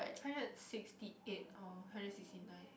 hundred sixty eight or hundred sixty nine